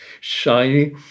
shiny